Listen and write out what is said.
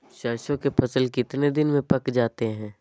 सरसों के फसल कितने दिन में पक जाते है?